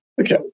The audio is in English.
Okay